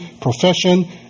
profession